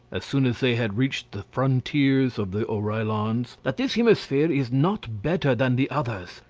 as soon as they had reached the frontiers of the oreillons, that this hemisphere is not better than the others,